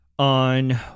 On